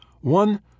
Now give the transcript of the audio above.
One